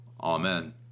Amen